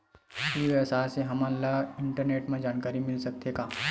ई व्यवसाय से हमन ला इंटरनेट मा जानकारी मिल सकथे का?